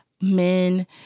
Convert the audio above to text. men